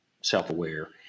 self-aware